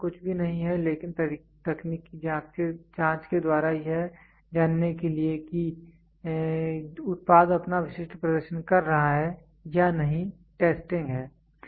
testing कुछ भी नहीं है लेकिन तकनीकी जांच के द्वारा यह जानने के लिए कि उत्पाद अपना विशिष्ट प्रदर्शन कर रहा है या नहीं टेस्टिंग है